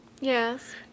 Yes